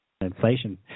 inflation